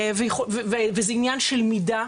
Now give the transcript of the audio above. וזה עניין של מידה,